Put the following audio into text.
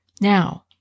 Now